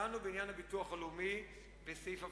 דנו בעניין הביטוח הלאומי בסעיף אבטלה.